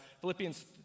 Philippians